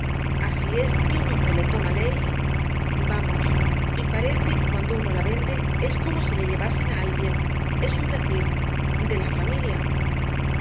así es que un hombre le toma ley vamos y parece que cuando uno la vende es como si se le llevasen á alguien es un decir de la familia